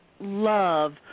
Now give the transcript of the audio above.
love